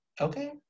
Okay